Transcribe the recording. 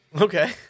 Okay